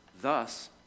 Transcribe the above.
Thus